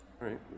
right